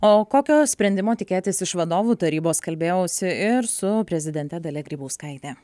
o kokio sprendimo tikėtis iš vadovų tarybos kalbėjausi ir su prezidente dalia grybauskaite